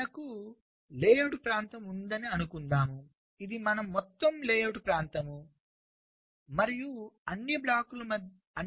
మనకు లేఅవుట్ ప్రాంతం ఉందని అనుకుందాం ఇది మన మొత్తం లేఅవుట్ ప్రాంతం మరియు అన్ని బ్లాక్స్ మధ్యలో ఉన్నాయి